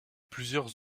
plusieurs